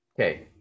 Okay